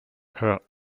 her